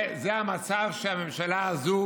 זה המצב שאליו הממשלה הזו